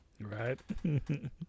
Right